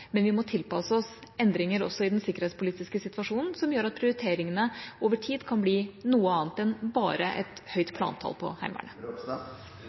Men vi må tilpasse oss endringer også i den sikkerhetspolitiske situasjonen, noe som gjør at prioriteringene over tid kan bli noe annet enn bare et høyt plantall på